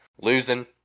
losing